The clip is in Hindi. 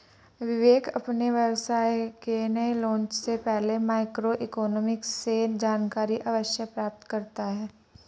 विवेक अपने व्यवसाय के नए लॉन्च से पहले माइक्रो इकोनॉमिक्स से जानकारी अवश्य प्राप्त करता है